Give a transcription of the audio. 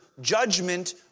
judgment